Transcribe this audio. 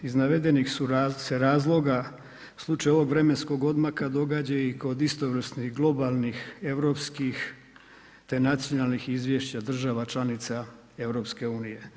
Iz navedenih se razloga u slučaju ovog vremenskog odmaka događa i kod istovrsnih globalnih europskih te nacionalnih izvješća država članica EU.